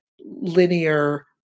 linear